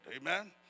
Amen